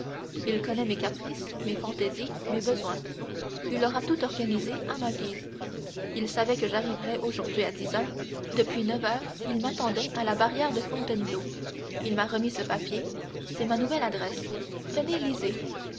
il connaît mes caprices mes fantaisies mes besoins il aura tout organisé à ma guise il savait que j'arriverais aujourd'hui à dix heures depuis neuf heures il m'attendait à la barrière de fontainebleau il m'a remis ce papier c'est ma nouvelle adresse tenez lisez